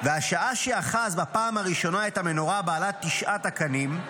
והשעה שאחז בפעם הראשונה את המנורה בעלת תשעת הקנים,